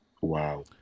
Wow